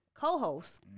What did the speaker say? co-host